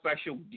special